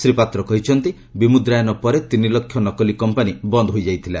ଶ୍ରୀ ପାତ୍ର କହିଛନ୍ତି ବିମୁଦ୍ରାୟନ ପରେ ତିନି ଲକ୍ଷ ନକଲି କମ୍ପାନୀ ବନ୍ଦ ହୋଇଯାଇଥିଲା